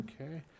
Okay